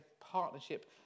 partnership